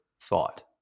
thought